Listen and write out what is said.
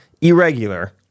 irregular